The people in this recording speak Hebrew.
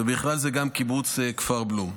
ובכלל זה גם קיבוץ כפר בלום.